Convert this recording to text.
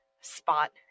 spot